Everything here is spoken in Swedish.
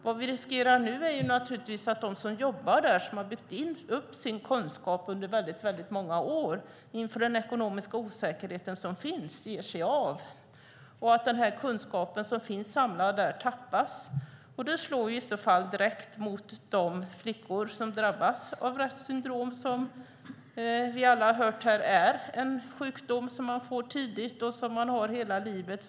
Det vi riskerar är att de som jobbar där och som har byggt upp sin kunskap under många år nu ger sig av inför den ekonomiska osäkerhet som finns och att den kunskap som finns samlad här tappas. Det slår i så fall direkt mot de flickor som drabbas av Retts syndrom. Som vi alla har hört här är det en sjukdom som man får tidigt och som man har hela livet.